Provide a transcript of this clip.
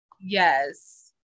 Yes